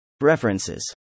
References